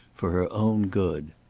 for her own good.